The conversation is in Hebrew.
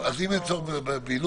אם אין צורך בבילוש,